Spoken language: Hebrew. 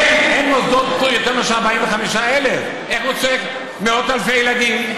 אין במוסדות פה יותר מאשר 45,000. איך הוא צועק מאות אלפי ילדים?